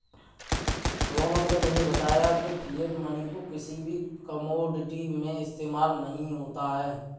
रौनक ने मुझे बताया की फिएट मनी को किसी भी कोमोडिटी में इस्तेमाल नहीं होता है